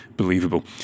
believable